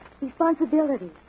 Responsibility